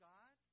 God